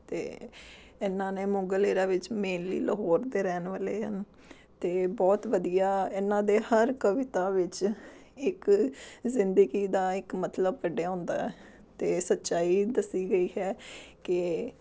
ਅਤੇ ਇਹਨਾਂ ਨੇ ਮੁਗਲ ਏਰਾ ਵਿੱਚ ਮੇਨਲੀ ਲਾਹੌਰ ਦੇ ਰਹਿਣ ਵਾਲੇ ਹਨ ਅਤੇ ਬਹੁਤ ਵਧੀਆ ਇਹਨਾਂ ਦੇ ਹਰ ਕਵਿਤਾ ਵਿੱਚ ਇੱਕ ਜ਼ਿੰਦਗੀ ਦਾ ਇੱਕ ਮਤਲਬ ਕੱਢਿਆ ਹੁੰਦਾ ਅਤੇ ਸੱਚਾਈ ਦੱਸੀ ਗਈ ਹੈ ਕਿ